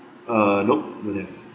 uh nope don't have